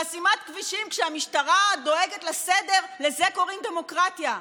חסימת כבישים כשהמשטרה דואגת לסדר לזה קוראים "דמוקרטיה".